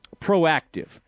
proactive